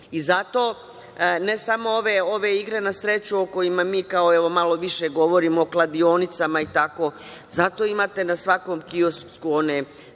I zato, ne samo ove igre na sreću o kojima mi, kao malo više govorimo o kladionicama i tako, imate na svakom kiosku one neke